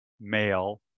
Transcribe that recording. male